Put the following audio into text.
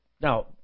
Now